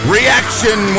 Reaction